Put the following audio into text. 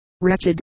wretched